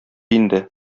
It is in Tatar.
инде